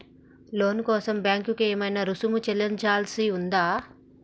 లోను కోసం బ్యాంక్ కి ఏమైనా రుసుము చెల్లించాల్సి ఉందా?